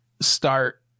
start